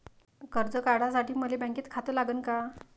कर्ज काढासाठी मले बँकेत खातं लागन का?